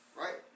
right